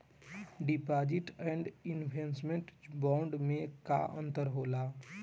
Deposit and investment bond मे का अंतर होला?